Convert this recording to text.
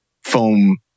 foam